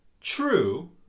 true